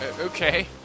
okay